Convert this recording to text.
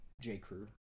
J.Crew